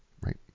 Right